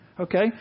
Okay